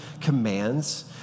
commands